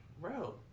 Bro